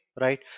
right